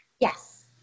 Yes